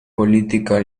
política